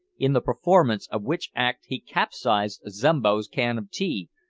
in the performance of which act he capsized zombo's can of tea,